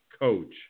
coach